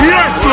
Yes